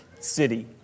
city